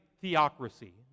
theocracy